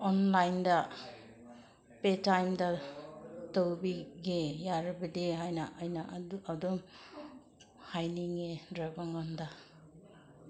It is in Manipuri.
ꯑꯣꯟꯂꯥꯏꯟꯗ ꯄꯦ ꯇꯤ ꯑꯦꯝꯗ ꯇꯧꯕꯤꯒꯦ ꯌꯥꯔꯕꯗꯤ ꯍꯥꯏꯅ ꯑꯩꯅ ꯑꯗꯨ ꯑꯗꯨꯝ ꯍꯥꯏꯅꯤꯡꯉꯦ ꯗ꯭ꯔꯥꯏꯚꯔ ꯉꯣꯟꯗ